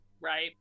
right